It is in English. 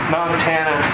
Montana